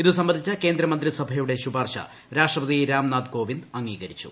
ഇതു സംബന്ധിച്ച കേന്ദ്ര മന്ത്രിസഭയുടെ ശുപാർശ രാഷ്ട്രപതി രാംനാഥ് കോവിന്ദ് അംഗീകരിച്ചു